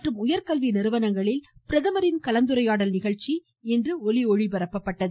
மற்றும் உயர் கல்வி நிறுவனங்களில் பிரதமரின் கலந்துரையாடல் நிகழ்ச்சி இன்று ஒலிபரப்பப்பட்டது